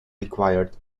required